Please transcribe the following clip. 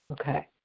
Okay